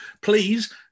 Please